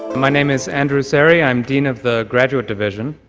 my name is andrew szeri. i'm dean of the graduate division.